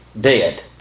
dead